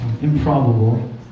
improbable